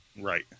Right